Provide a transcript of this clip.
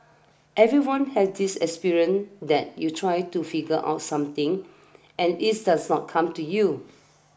everyone has this experience that you try to figure out something and its does not come to you